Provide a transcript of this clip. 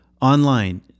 online